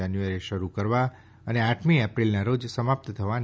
જાન્યુઆરીથી શરૂ કરવા અને આઠમી એપ્રિલના રોજ સમાપ્ત થવાની